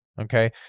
Okay